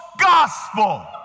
gospel